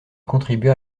contribua